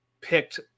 picked